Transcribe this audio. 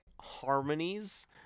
harmonies